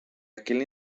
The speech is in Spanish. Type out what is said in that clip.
aquel